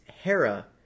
Hera